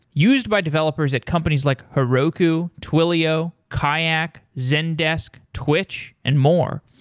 used by developers at companies like heroku, twilio, kayak, zendesk, twitch, and more.